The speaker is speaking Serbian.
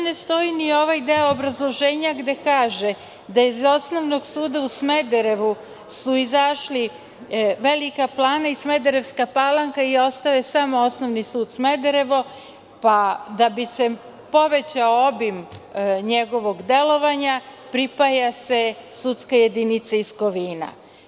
ne stoji ni ovaj deo obrazloženja gde kaže da su iz Osnovnog suda u Smederevu izašli Velika Plana i Smederevska Palanka i ostao je samo Osnovni sud Smederevo, pa da bi se povećao obim njegovog delovanja pripaja se sudska jedinica iz Kovina.